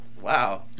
Wow